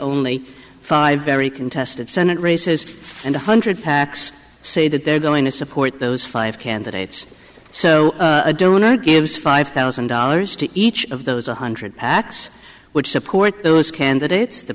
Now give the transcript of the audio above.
only five very contested senate races and one hundred pacs say that they're going to support those five candidates so a donor gives five thousand dollars to each of the one hundred acts which support those candidates the